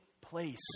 place